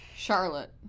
Charlotte